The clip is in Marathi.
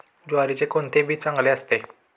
ज्वारीचे कोणते बी चांगले असते?